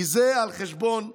כי זה על חשבון כולנו.